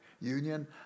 union